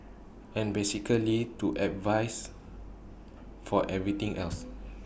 and basically to advise for everything else